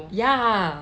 ya